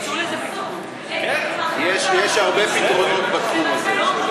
עם כל מיני יש הרבה פתרונות בתחום הזה.